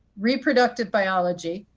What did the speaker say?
reproductive biology,